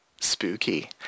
Spooky